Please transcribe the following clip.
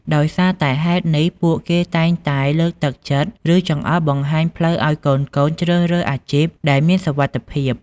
ដោយសារតែហេតុនេះ ពួកគេតែងលើកទឹកចិត្ត ឬចង្អុលបង្ហាញផ្លូវឲ្យកូនៗជ្រើសរើសអាជីពដែលមានសុវត្ថិភាព។